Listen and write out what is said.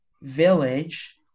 village